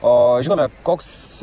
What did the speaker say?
o žinome koks